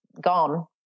gone